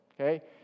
okay